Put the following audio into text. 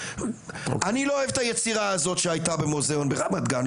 אני לא אוהב את היצירה הזאת שהייתה במוזיאון ברמת גן,